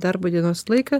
darbo dienos laiką